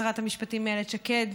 שרת המשפטים איילת שקד.